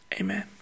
Amen